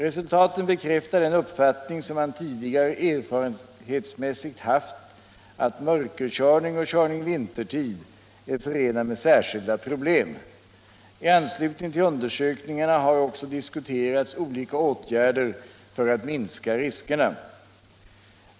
Resultaten bekräftar den uppfattning som man tidigare erfarenhetsmässigt har haft att mörkerkörning och körning vintertid är förenad med särskilda problem. I anslutning till undersökningarna har också diskuterats olika åtgärder för att minska riskerna.